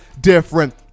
different